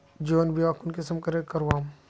जीवन बीमा कुंसम करे करवाम?